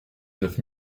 neuf